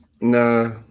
Nah